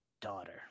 daughter